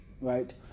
Right